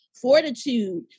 fortitude